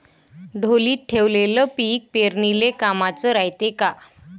ढोलीत ठेवलेलं पीक पेरनीले कामाचं रायते का?